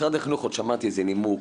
במשרד החינוך עוד שמעתי איזה נימוק,